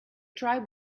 tribe